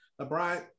LeBron